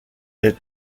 est